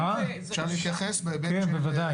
כן, בוודאי.